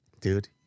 dude